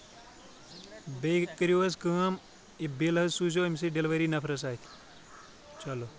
بیٚیہِ کٔریو حظ کٲم یہِ بِل حظ سوٗزیو اَمہِ سٕے ڈیلؤری نفرَس اَتھِ چلو